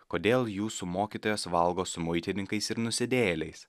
kodėl jūsų mokytojas valgo su muitininkais ir nusidėjėliais